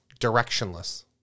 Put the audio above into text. directionless